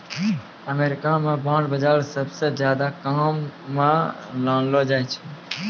अमरीका म बांड बाजार सबसअ ज्यादा काम म लानलो जाय छै